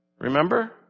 remember